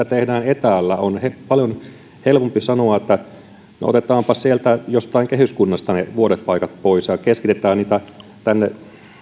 tehdään etäällä on paljon helpompi sanoa että no otetaanpa sieltä jostain kehyskunnasta ne vuodepaikat pois ja keskitetään niitä tänne